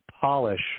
polish